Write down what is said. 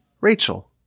Rachel